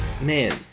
man